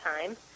time